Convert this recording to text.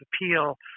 Appeal